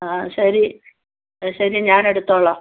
ആ ശരി അ ശരി ഞാൻ എടുത്തോളാം